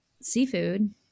seafood